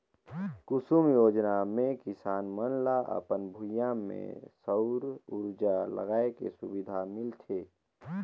कुसुम योजना मे किसान मन ल अपन भूइयां में सउर उरजा लगाए के सुबिधा मिलत हे